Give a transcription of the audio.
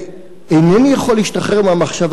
וכשאני מסתכל בה אינני יכול להשתחרר מהמחשבה